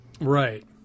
Right